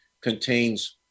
contains